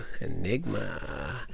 Enigma